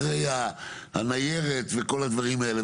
אחרי הניירת וכל הדברים האלה.